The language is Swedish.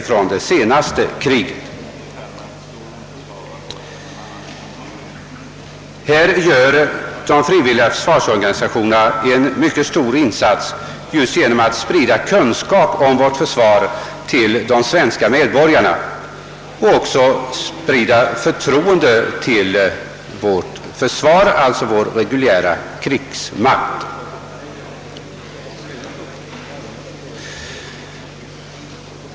På detta område gör de frivilliga försvarsorganisationerna en mycket stor insats genom att sprida kunskap om vårt försvar till de svenska medborgarna. De stärker därigenom förtroendet till vår reguljära krigsmakt.